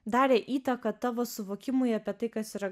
darė įtaką tavo suvokimui apie tai kas yra